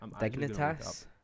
Dignitas